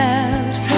out